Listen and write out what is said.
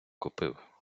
купив